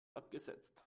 abgesetzt